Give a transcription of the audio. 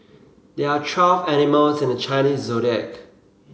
there are twelve animals in the Chinese Zodiac